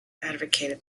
advocated